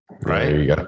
right